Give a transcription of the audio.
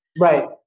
Right